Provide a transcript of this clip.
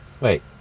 Wait